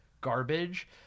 garbage